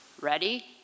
Ready